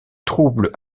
troubles